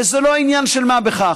וזה לא עניין של מה בכך,